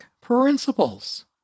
principles